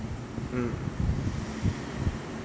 mm